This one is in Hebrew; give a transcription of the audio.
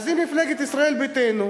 אז אם מפלגת ישראל ביתנו,